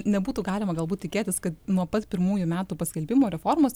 nebūtų galima galbūt tikėtis kad nuo pat pirmųjų metų paskelbimo reformos